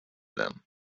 them